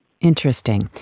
Interesting